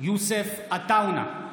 יוסף עטאונה,